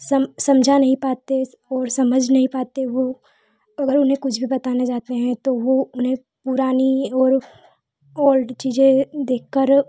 समझा नहीं पाते इस और समझ नहीं पाते वो अगर उन्हें कुछ भी बताने जाते हैं तो वो उन्हें पुरानी और ओल्ड चीज़ें देखकर